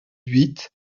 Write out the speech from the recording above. huit